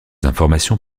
informations